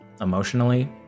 emotionally